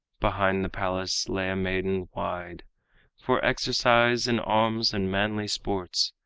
behind the palace lay a maidan wide for exercise in arms and manly sports,